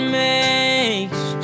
makes